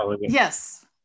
Yes